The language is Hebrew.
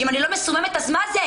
אם אני לא מסוממת, אז מה זה?